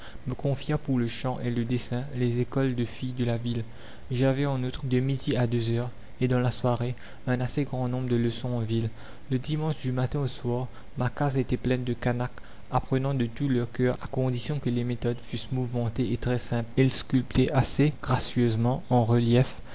me confia pour le chant et le dessin les écoles de filles de la ville j'avais en outre de midi à deux heures et dans la soirée un assez grand nombre de leçons en ville le dimanche du matin au soir ma case était pleine de canaques apprenant de tout leur cœur à condition que les méthodes fussent mouvementées et très simples ils sculptaient assez gracieusement en relief